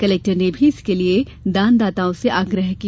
collector ने भी इसके लिये दानदाताओं से आग्रह किया